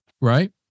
Right